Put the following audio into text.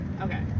Okay